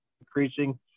increasing